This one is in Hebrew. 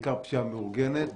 בעיקר פשיעה מאורגנת,